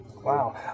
Wow